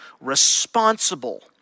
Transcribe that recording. responsible